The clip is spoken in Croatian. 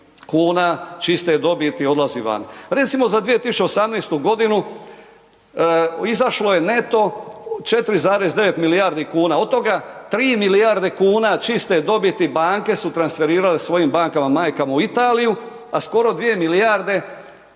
kuna čiste dobiti odlazi vani. Recimo za 2018. godinu izašlo je neto 4,9 milijardi kuna od toga 3 milijarde kuna čiste dobiti banke su transferirale svojim bankama majkama u Italiju, a skoro 2 milijarde